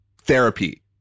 therapy